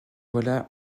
voilà